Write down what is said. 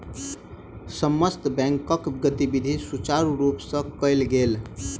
समस्त बैंकक गतिविधि सुचारु रूप सँ कयल गेल